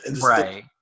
Right